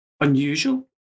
unusual